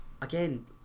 again